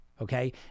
Okay